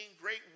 great